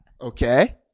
Okay